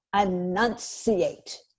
enunciate